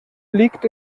liegt